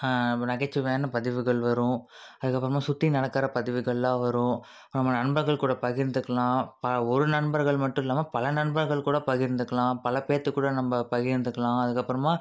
நகைச்சுவையான பதிவுகள் வரும் அதுக்கப்புறமா சுற்றி நடக்கிற பதிவுகள்லான் வரும் நம்ம நண்பர்கள் கூட பகிர்ந்துக்கலாம் ப ஒரு நண்பர்கள் மட்டுல்லாமல் பல நண்பர்கள் கூட பகிர்ந்துக்கலாம் பல பேர்துக்கூட நம்ப பகிர்ந்துக்கலாம் அதுக்கப்புறமா